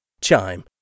Chime